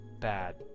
bad